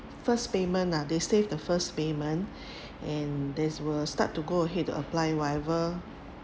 first payment lah they save the first payment and they will start to go ahead to apply whatever